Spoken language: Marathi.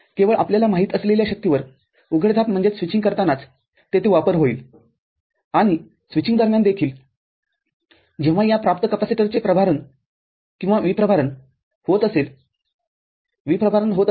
केवळ आपल्याला माहित असलेल्या शक्तीवर उघडझाप करतानाच तेथे वापर होईल आणिस्विचिंग दरम्यान देखील जेव्हा या प्राप्त कॅपेसिटरचे प्रभारणकिंवा विप्रभारण होत असेल विप्रभारण होत असेल